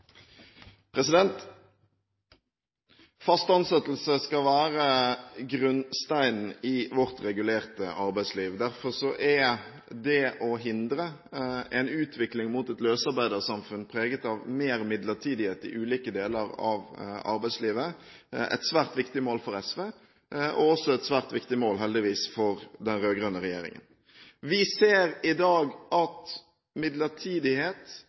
det å hindre en utvikling mot et løsarbeidersamfunn preget av mer midlertidighet i ulike deler av arbeidslivet et svært viktig mål for SV og også et svært viktig mål, heldigvis, for den rød-grønne regjeringen. Vi ser i dag at midlertidighet